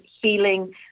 healing